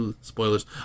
spoilers